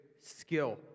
skill